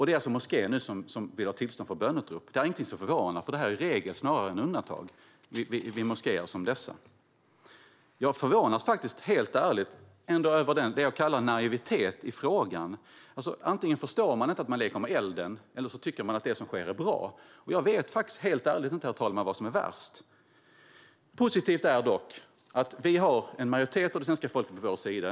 Det är alltså den moskén som nu vill ha tillstånd för böneutrop. Det är ingenting som förvånar. Det är nämligen snarare regel än undantag vid moskéer som denna. Jag förvånas ändå över naiviteten, som jag kallar det, i frågan. Antingen förstår man inte att man leker med elden, eller så tycker man att det som sker är bra. Jag vet helt ärligt inte vad som är värst, herr talman. Positivt är dock att en majoritet av svenska folket är på vår sida.